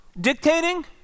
Dictating